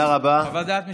אבל יש חוות דעת משפטית.